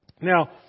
Now